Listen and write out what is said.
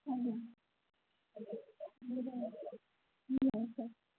ଆଜ୍ଞା ନାହିଁ ସାର୍